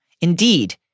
Indeed